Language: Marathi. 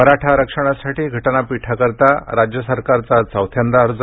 मराठा आरक्षणासाठी घटनापीठाकरता राज्य सरकारचा चौथ्यांदा अर्ज